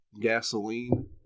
gasoline